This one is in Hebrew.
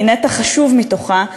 היא נתח חשוב מתוכה,